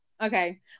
Okay